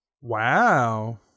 Wow